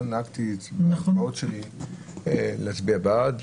עד היום נהגתי בהצבעות שלי להצביע בעד,